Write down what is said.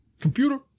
Computer